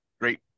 Great